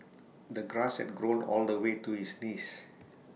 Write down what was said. the grass had grown all the way to his knees